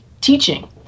teaching